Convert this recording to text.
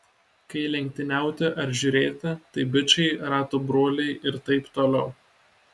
kai lenktyniauti ar žiūrėti tai bičai ratų broliai ir taip toliau